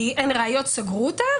סגרו אותה,